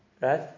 Right